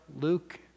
Luke